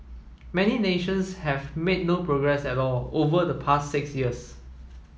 many nations have made no progress at all over the past six years